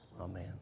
Amen